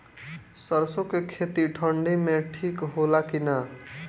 सरसो के खेती ठंडी में ठिक होला कि ना?